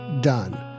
done